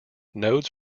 nodes